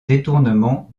détournement